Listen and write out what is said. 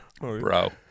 Bro